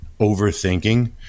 overthinking